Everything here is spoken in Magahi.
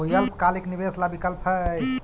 कोई अल्पकालिक निवेश ला विकल्प हई?